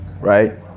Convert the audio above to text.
right